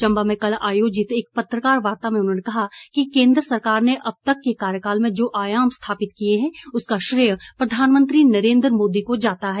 चंबा में कल आयोजित एक पत्रकार वार्ता में उन्होंने कहा कि केंद्र सरकार ने अबतक के कार्यकाल में जो आयाम स्थापित किए है उसका श्रैय प्रधानमंत्री नरेंद्र मोदी को जाता है